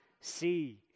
see